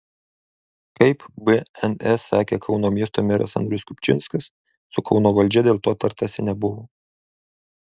kaip bns sakė kauno miesto meras andrius kupčinskas su kauno valdžia dėl to tartasi nebuvo